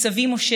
מסבי משה,